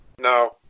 No